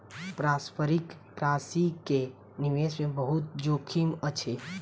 पारस्परिक प्राशि के निवेश मे बहुत जोखिम अछि